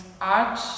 art